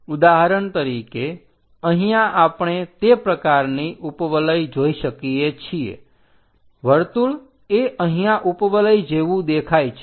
ઉદાહરણ તરીકે અહીંયા આપણે તે પ્રકારની ઉપવલય જોઈ શકીએ છીએ વર્તુળ એ અહીંયા ઉપવલય જેવુ દેખાય છે